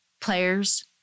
players